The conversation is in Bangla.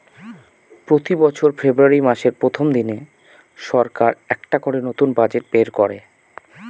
প্রতি বছর ফেব্রুয়ারী মাসের প্রথম দিনে সরকার একটা করে নতুন বাজেট বের করে